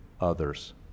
others